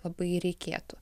labai reikėtų